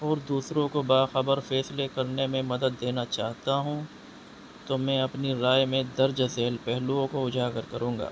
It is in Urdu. اور دوسروں کو باخبر فیصلے کرنے میں مدد دینا چاہتا ہوں تو میں اپنی رائے میں درج ذیل پہلوؤں کو اجاگر کروں گا